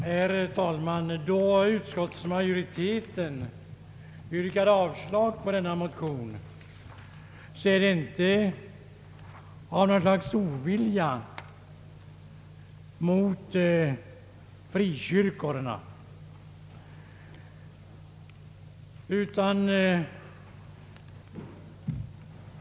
Herr talman! Då utskottsmajoriteten yrkar avslag på dessa motioner är det inte av något slags ovilja mot frikyrkorna.